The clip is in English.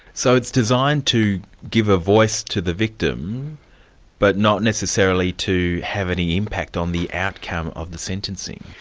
so it's designed to give a voice to the victim but not necessarily to have any impact on the outcome of the sentencing?